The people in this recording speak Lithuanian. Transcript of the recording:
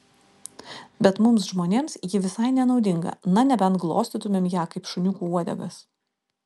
bet mums žmonėms ji visai nenaudinga na nebent glostytumėm ją kaip šuniukų uodegas